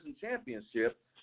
Championship